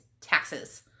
taxes